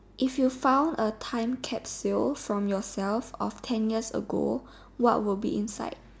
if you found a time capsule from yourself of ten years ago what will be inside